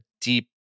deep